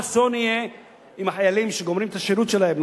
איזה אסון יהיה אם החיילים שגומרים את השירות שלהם,